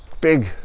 big